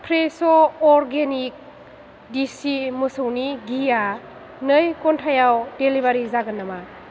fresh' organic दिसि मोसौनि घिआ नै घन्टायाव डेलिबारि जागोन नामा